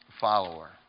follower